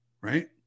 Right